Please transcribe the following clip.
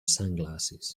sunglasses